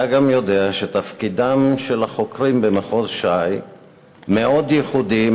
אתה גם יודע שתפקידם של החוקרים במחוז ש"י מאוד ייחודי,